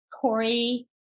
Corey